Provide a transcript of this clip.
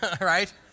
right